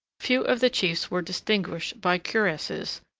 few of the chiefs were distinguished by cuirasses,